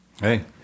Hey